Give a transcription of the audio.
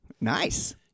Nice